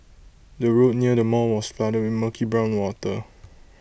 the road near the mall was flooded with murky brown water